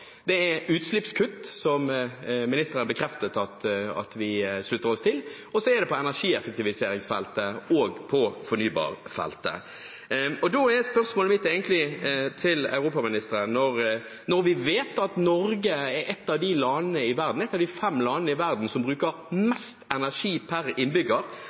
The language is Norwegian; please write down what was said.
utslippskutt, som ministeren bekreftet at vi slutter oss til, og så er det på energieffektiviseringsfeltet og på fornybarfeltet. Da er egentlig spørsmålet mitt til europaministeren: Når vi vet at Norge er et av de fem landene i verden som bruker mest energi per innbygger – et annet land er Island, der de vasser i